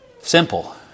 Simple